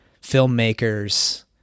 filmmakers